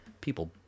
people